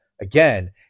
again